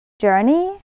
journey